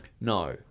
No